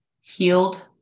healed